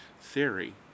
theory